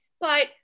But-